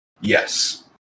Yes